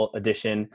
edition